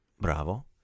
Bravo